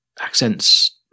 accents